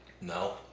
No